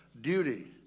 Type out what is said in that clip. duty